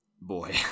Boy